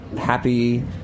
happy